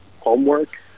homework